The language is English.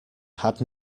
had